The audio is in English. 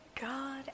God